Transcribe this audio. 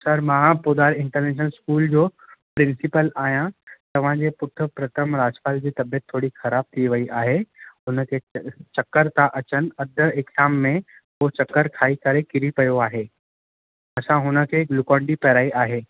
sir मां Podar international school जो principal आहियां तव्हां जे पुटु प्रथम राजपाल जी तबियत थोरी ख़राबु थी वई आहे हुन खे चकर था अचनि अधि एग्ज़ाम में हू चकर खाई करे किरी पियो आहे असां हुन खे ग्लूकॉन डी पिआराई आहे